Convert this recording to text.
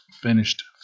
finished